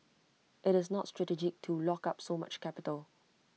IT is not strategic to lock up so much capital